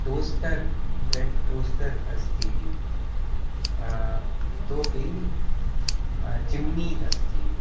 toaster bread toaster अस्ति इतोपि chimney अस्ति